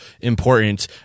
important